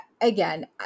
again